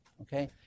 Okay